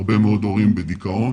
הרבה מאוד הורים בדיכאון